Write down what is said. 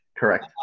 Correct